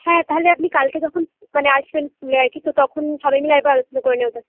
হ্যাঁ তাহলে আপনি কালকে যখন মানে আসবেন স্কুলে আরকি তো তখন সবাই মিলে আর একবার আলোচনা করে নেওয়া যাবে